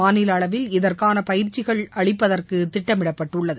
மாநில அளவில் இதற்கான பயிற்சிகள் அளிப்பதற்கு திட்டமிடப்பட்டுள்ளது